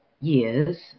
years